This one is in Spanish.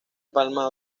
palma